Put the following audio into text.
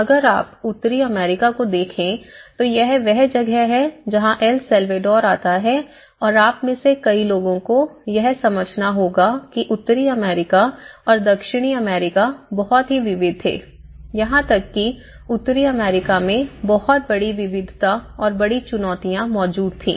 अगर आप उत्तरी अमेरिका को देखें तो यह वह जगह है जहां अल सल्वाडोर आता है और आप में से कई लोगों को यह समझना होगा कि उत्तरी अमेरिका और दक्षिण अमेरिका बहुत ही विविध थे यहां तक कि उत्तरी अमेरिका में बहुत बड़ी विविधता और बड़ी चुनौतियां मौजूद थी